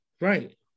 right